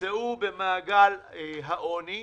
נמצאו במעגל העוני,